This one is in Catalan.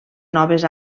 noves